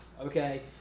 Okay